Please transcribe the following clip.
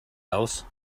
alice